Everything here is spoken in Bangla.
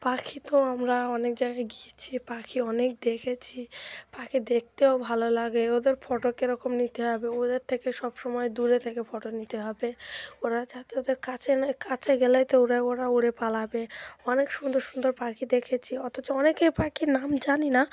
পাখি তো আমরা অনেক জায়গায় গিয়েছি পাখি অনেক দেখেছি পাখি দেখতেও ভালো লাগে ওদের ফটো কেরকম নিতে হবে ওদের থেকে সবসময় দূরে থেকে ফটো নিতে হবে ওরা যাতে ওদের কাছে না কাছে গেলেই তো ওরা ওরা উড়ে পালাবে অনেক সুন্দর সুন্দর পাখি দেখেছি অথচ অনেক পাখির নাম জানি না